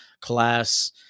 class